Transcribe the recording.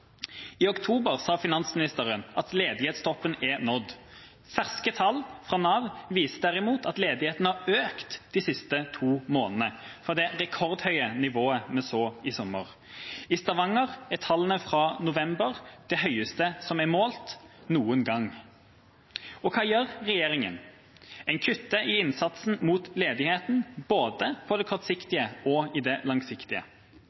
I oktober sa finansministeren at ledighetstoppen er nådd. Ferske tall fra Nav viser derimot at ledigheten har økt de siste to månedene, fra det rekordhøye nivået vi så i sommer. I Stavanger er tallene fra november de høyeste som er målt noen gang. Og hva gjør regjeringa? En kutter i innsatsen mot ledigheten, både når det gjelder det kortsiktige og det langsiktige.